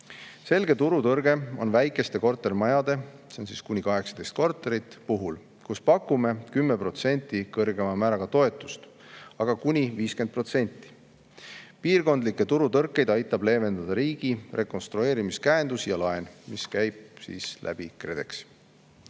Selge turutõrge on väikeste kortermajade – see on kuni 18 korterit – puhul, kus pakume 10% kõrgema määraga toetust, aga kuni 50%. Piirkondlikke turutõrkeid aitab leevendada riigi rekonstrueerimiskäendus ja ‑laen, mis käib KredExi kaudu.